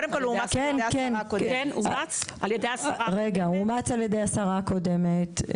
הוא אומץ על ידי השרה הקודמת.